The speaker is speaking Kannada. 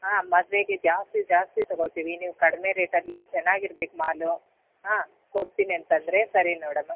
ಹಾಂ ಮದುವೆಗೆ ಜಾಸ್ತಿ ಜಾಸ್ತಿ ತಗೋಳ್ತೀವಿ ನೀವು ಕಡಿಮೆ ರೇಟಲ್ಲಿ ಚೆನ್ನಾಗಿರ್ಬೇಕು ಮಾಲು ಹಾಂ ಕೊಡ್ತೀನಿ ಅಂತಂದರೆ ಸರಿ ನೋಡಮ್ಮ